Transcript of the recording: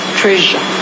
treasure